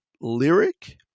lyric